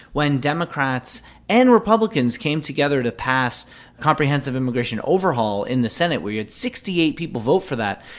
when democrats and republicans came together to pass comprehensive immigration overhaul in the senate, where you had sixty eight people vote for that,